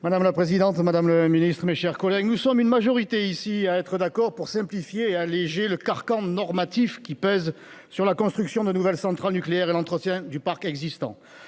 Madame la présidente, madame la ministre, mes chers collègues, nous sommes ici une majorité à être d'accord pour simplifier et alléger le carcan normatif pesant sur la construction de nouvelles centrales nucléaires et l'entretien du parc existant.